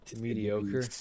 Mediocre